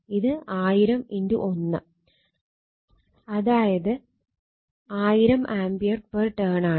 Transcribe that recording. ഇത് 1000 1 അതായത് 1000 ampere per turn ആണ്